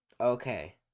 Okay